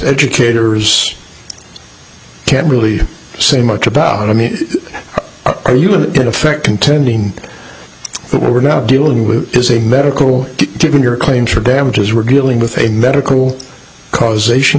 educators can't really say much about i mean are you going to affect contending that we're now dealing with a medical given your claims for damages were dealing with a medical causation